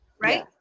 right